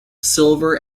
silver